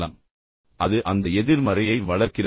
ஆனால் அது அந்த எதிர்மறையை வளர்க்கிறது